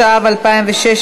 (שינוי שיטת עדכון הגמלאות לעובדי שירותי הביטחון),